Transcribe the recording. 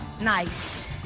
Nice